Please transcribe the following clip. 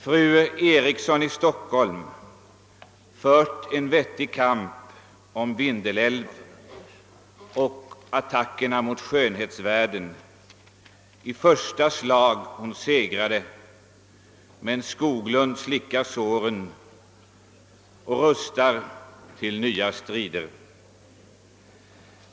Fru Eriksson i Stockholm fört en vettig kamp om Vindelälven och attackerna mot skönhetsvärden i första slag hon segrade, men Skoglund slickar såren och rustar nu till nya strider.